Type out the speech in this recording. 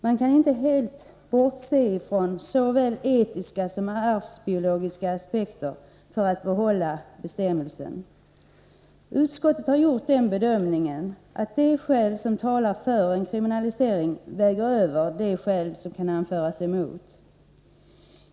Man kan inte helt bortse från såväl etiska som arvsbiologiska aspekter för att behålla bestämmelsen. Utskottet har gjort den bedömningen att de skäl som talar för en kriminalisering väger över de skäl som kan anföras emot.